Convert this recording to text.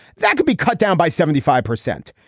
that could be cut down by seventy five percent.